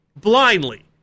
blindly